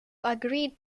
agreed